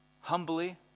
humbly